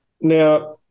Now